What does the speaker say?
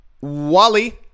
Wally